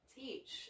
teach